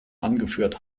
angeführt